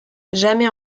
jamais